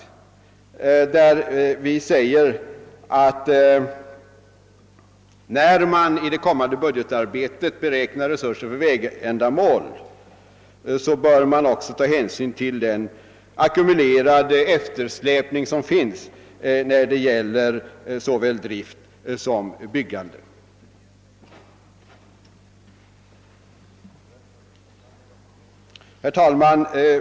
Vi uttalar där att Kungl. Maj:t bör »vid kommande budgetarbete beräkna resurser för vägändamål av sådan omfattning att senare års ackumulerade eftersläpning såvitt rör vägbyggnad och drift undanröjes».